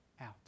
out